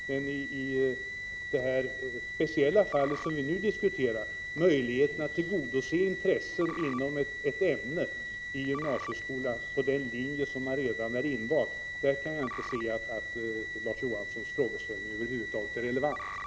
Men i det speciella fall som vi nu diskuterar — möjligheten att tillgodose intressen inom ett ämne i gymnasieskolan på den linje där man redan är intagen — kan jag inte se att Larz Johanssons frågeställning är relevant.